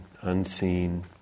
unseen